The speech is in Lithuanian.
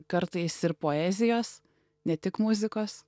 kartais ir poezijos ne tik muzikos